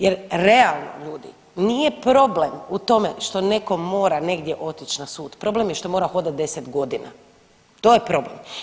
Jer realno ljudi nije problem u tome što neko mora negdje otić na sud, problem je što mora hodat 10.g., to je problem.